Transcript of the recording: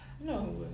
no